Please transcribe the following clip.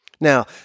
Now